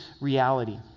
reality